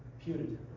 punitive